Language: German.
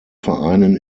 vereinen